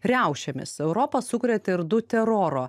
riaušėmis europą sukrėtė ir du teroro